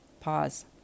Pause